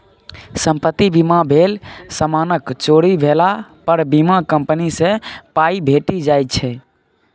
संपत्ति बीमा भेल समानक चोरी भेला पर बीमा कंपनी सँ पाइ भेटि जाइ छै